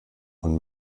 und